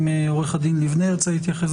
אם עורך הדין ליבנה ירצה להתייחס,